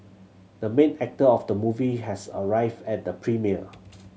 the main actor of the movie has arrived at the premiere